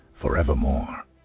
forevermore